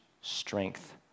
strength